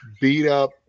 beat-up